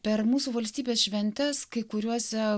per mūsų valstybės šventes kai kuriuose